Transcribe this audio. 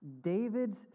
David's